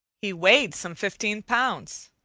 he weighed some fifteen pounds,